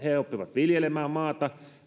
viljelemään maata